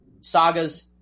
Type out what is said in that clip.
sagas